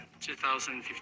2015